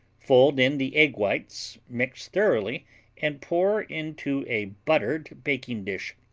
fold in the egg whites, mix thoroughly and pour into a buttered baking dish.